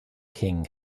king